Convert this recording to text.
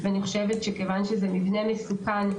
אני חושבת שמכיוון שמדובר במבנה מסוכן,